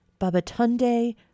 Babatunde